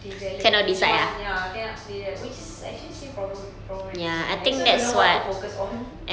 develop which one ya cannot decide which is actually same problem problem with me I also don't know what to focus on